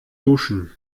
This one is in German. duschen